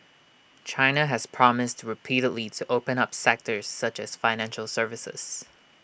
China has promised repeatedly to open up sectors such as financial services